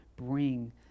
bring